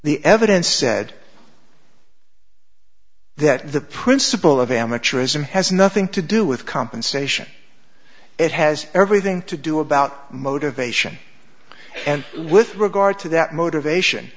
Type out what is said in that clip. the evidence said that the principle of amateurism has nothing to do with compensation it has everything to do about motivation and with regard to that motivation